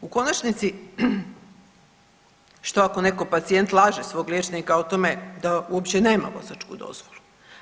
U konačnici što ako netko pacijent laže svog liječnika o tome da uopće nema vozačku dozvolu?